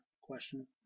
question